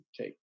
take